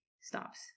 stops